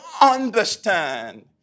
understand